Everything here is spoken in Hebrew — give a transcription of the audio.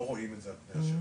לא רואים את זה על פני השטח,